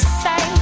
say